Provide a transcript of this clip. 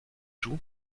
joue